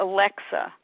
Alexa